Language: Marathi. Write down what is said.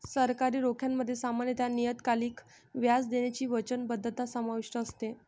सरकारी रोख्यांमध्ये सामान्यत नियतकालिक व्याज देण्याची वचनबद्धता समाविष्ट असते